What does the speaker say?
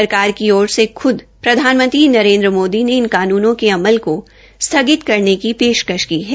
सरकार की ओर से ख्द प्रधानमंत्री नरेन्द्र माद्री ने इन कानूनों के अमल का स्थगित करने की पेशकश की है